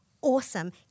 awesome